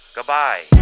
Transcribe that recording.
Goodbye